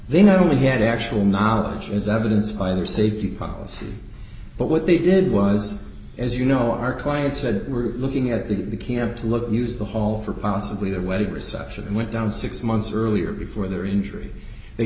they not only had actual knowledge as evidence by their safety policy but what they did was as you know our client said we're looking at the camp to look use the hall for possibly the wedding reception that went down six months earlier before their injury they